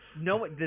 no